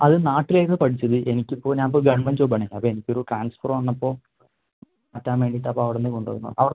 അത് നാട്ടിലിരുന്ന് പഠിച്ചത് എനിക്കിപ്പോൾ ഞാൻ ഇപ്പോൾ ഗവൺമെൻറ്റ് ജോബ് ആണേ അപ്പം എനിക്ക് ഒരു ട്രാൻസ്ഫർ വന്നപ്പോൾ മാറ്റാൻ വേണ്ടീട്ട് അപ്പം അവിടെനിന്ന് കൊണ്ട് വന്നതാ